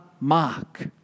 mark